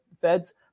Fed's